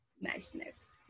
Niceness